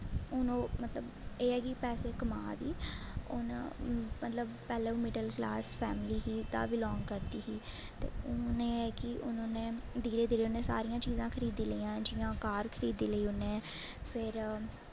हून ओह् मतलब एह् ऐ कि पैसे कमा दी हून पैह्लें मतलब ओह् मिडल क्लास फैमली ही दा बिलांग करदी ही ते हून एह् ऐ कि हून उन्नै धीरे धीरे उन्नै सारियां चीज़ां खरीदी लेइयां जियां कार खरीदी लेई उन्नै फिर